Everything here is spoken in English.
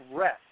rest